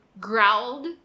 growled